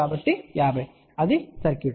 కాబట్టి అది సర్క్యూట్